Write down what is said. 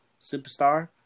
Superstar